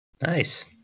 Nice